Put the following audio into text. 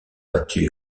battu